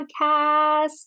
Podcast